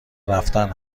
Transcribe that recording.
رفتن